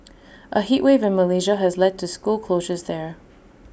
A heat wave in Malaysia has led to school closures there